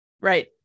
Right